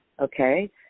Okay